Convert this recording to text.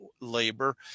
labor